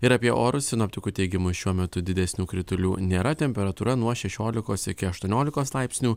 ir apie orus sinoptikų teigimu šiuo metu didesnių kritulių nėra temperatūra nuo šešiolikos iki aštuoniolikos laipsnių